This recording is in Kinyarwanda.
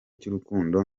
cy’urukundo